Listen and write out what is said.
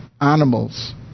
animals